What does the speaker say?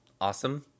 awesome